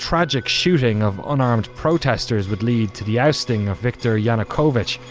tragic shooting of unarmed protestors would lead to the ousting of viktor yanukovych,